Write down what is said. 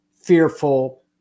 fearful